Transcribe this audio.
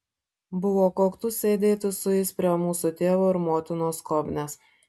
buvo koktu sėdėti su jais prie mūsų tėvo ir motinos skobnies